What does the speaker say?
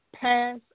Pass